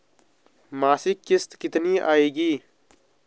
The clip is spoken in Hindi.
मासिक किश्त कितनी आएगी?